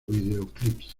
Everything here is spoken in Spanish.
videoclips